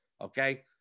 okay